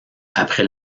après